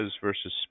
versus